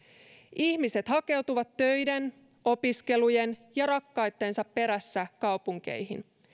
ihmiset hakeutuvat töiden opiskelujen ja rakkaittensa perässä kaupunkeihin